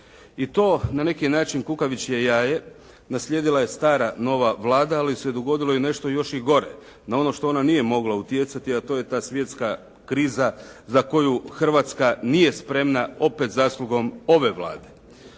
i to na neki način kukavičje jaje naslijedila je stara nova Vlada ali se dogodilo nešto još i gore ono na što ona nije mogla utjecati a to je ta svjetska kriza za koju Hrvatska nije spremna opet zaslugom ove Vlade.